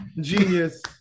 Genius